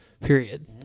period